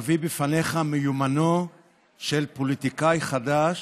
להביא בפניך מיומנו של פוליטיקאי חדש